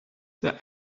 für